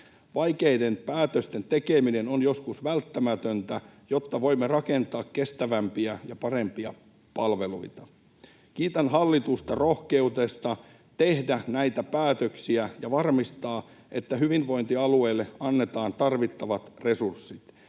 Vaikeiden päätösten tekeminen on joskus välttämätöntä, jotta voimme rakentaa kestävämpiä ja parempia palveluita. Kiitän hallitusta rohkeudesta tehdä näitä päätöksiä ja varmistaa, että hyvinvointialueille annetaan tarvittavat resurssit.